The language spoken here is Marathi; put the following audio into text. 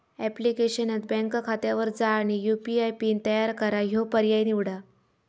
ऍप्लिकेशनात बँक खात्यावर जा आणि यू.पी.आय पिन तयार करा ह्यो पर्याय निवडा